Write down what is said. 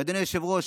ואדוני היושב-ראש,